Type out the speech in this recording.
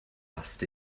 asked